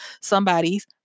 somebody's